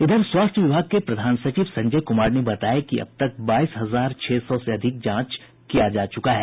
इधर स्वास्थ्य विभाग के प्रधान सचिव संजय कुमार ने बताया कि अब तक बाईस हजार छह सौ से अधिक जांच अभी किये जा चुके हैं